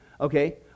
Okay